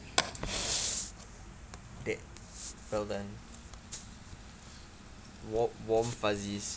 that well done wa~ warm fuzzies